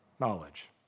knowledge